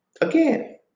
again